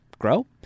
grow